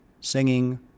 singing